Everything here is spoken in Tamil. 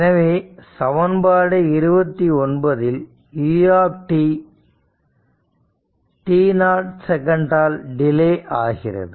எனவே சமன்பாடு 29 இல் u t0 செகண்ட் ஆல் டிலே ஆகிறது